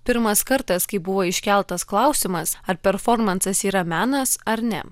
pirmas kartas kai buvo iškeltas klausimas ar performansas yra menas ar ne